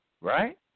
right